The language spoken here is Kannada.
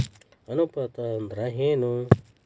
ಅನುಪಾತ ಅಂದ್ರ ಏನ್?